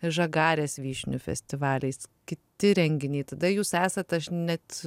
žagarės vyšnių festivaliais kiti renginiai tada jūs esat aš net